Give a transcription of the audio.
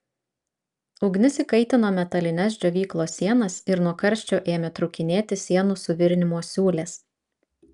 ugnis įkaitino metalines džiovyklos sienas ir nuo karščio ėmė trūkinėti sienų suvirinimo siūlės